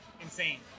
insane